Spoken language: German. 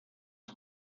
die